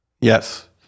yes